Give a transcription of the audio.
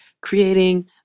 creating